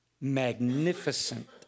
magnificent